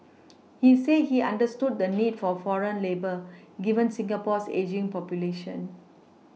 he said he understood the need for foreign labour given Singapore's ageing population